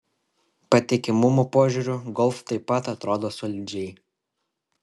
patikimumo požiūriu golf taip pat atrodo solidžiai